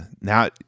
Now